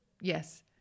yes